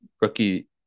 rookie